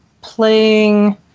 playing